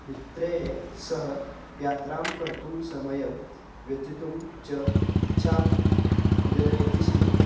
मित्रैः सह यात्रां कर्तुं समयं व्यथितुं च इच्छां जनयति स्म